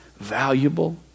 valuable